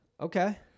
Okay